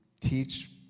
Teach